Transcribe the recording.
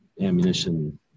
ammunition